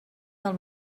del